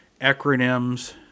acronyms